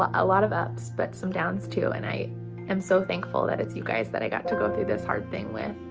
ah a lot of ups but some downs too, and i am so thankful that it's you guys that i got to go through this hard thing with.